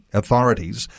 authorities